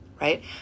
right